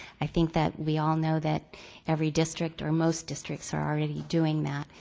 i think that we all know that every district or most districts are already doing that.